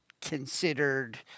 considered